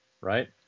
right